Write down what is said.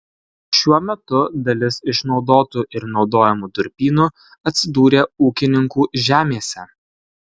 šiuo metu dalis išnaudotų ir naudojamų durpynų atsidūrė ūkininkų žemėse